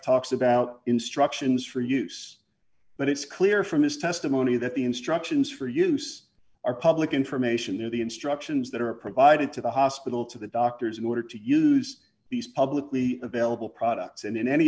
talks about instructions for use but it's clear from his testimony that the instructions for use are public information of the instructions that are provided to the hospital to the doctors in order to use these publicly available products and in any